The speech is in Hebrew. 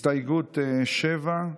הסתייגות 7,